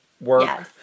work